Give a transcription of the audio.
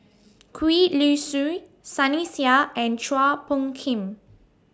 Gwee Li Sui Sunny Sia and Chua Phung Kim